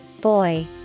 boy